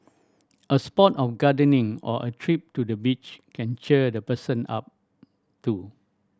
a spot of gardening or a trip to the beach can cheer the person up too